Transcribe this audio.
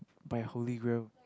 by Hologram